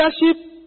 leadership